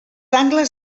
angles